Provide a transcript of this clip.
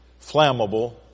flammable